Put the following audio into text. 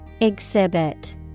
Exhibit